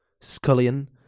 Scullion